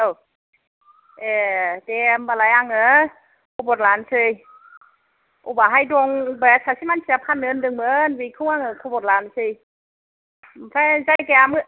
औ ए दे होनबालाय आङो खबर लानोसै अबाहाय दं बे सासे मानसिया फाननो होनदोंमोन बेखौ आङो खबर लानोसै ओंफ्राय जायगाया